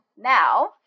now